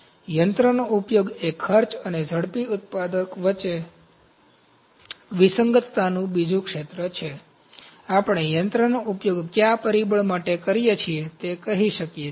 તેથી યંત્રનો ઉપયોગ એ ખર્ચ અને ઝડપી ઉત્પાદક વચ્ચે વિસંગતતાનું બીજું ક્ષેત્ર છે આપણે યંત્રનો ઉપયોગ કયા પરિબળ માટે કરીએ છીએ તે કહી શકીએ છીએ